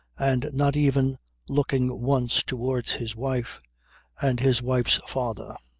and not even looking once towards his wife and his wife's father.